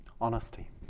Honesty